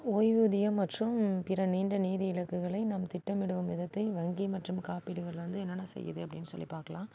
ஓய்வூதியம் மற்றும் பிற நீண்ட நிதி இலக்குகளை நம் திட்டமிடும் விதத்தில் வங்கி மற்றும் காப்பீடுகள் வந்து என்னென்ன செய்யுது அப்படின்னு சொல்லி பார்க்கலாம்